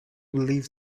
believe